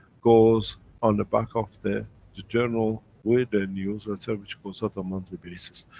goes on the back of the journal with the news, a term which goes out on monthly basis.